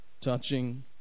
Touching